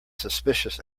suspicious